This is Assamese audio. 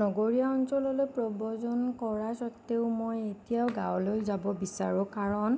নগৰীয়া অঞ্চললৈ প্ৰব্ৰজন কৰাৰ স্বত্বেও মই এতিয়াও গাঁৱলৈ যাব বিচাৰোঁ কাৰণ